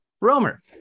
Romer